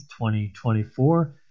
2024